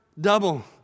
Double